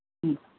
ம்